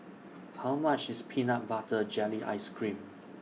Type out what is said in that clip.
How much IS Peanut Butter Jelly Ice Cream